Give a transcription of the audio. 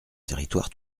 territoire